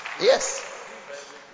Yes